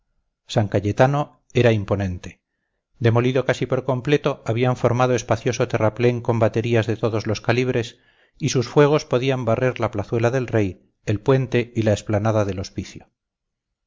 san cayetano era imponente demolido casi por completo habían formado espacioso terraplén con baterías de todos calibres y sus fuegos podían barrer la plazuela del rey el puente y la explanada del hospicio